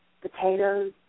potatoes